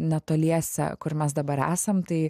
netoliese kur mes dabar esam tai